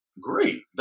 Great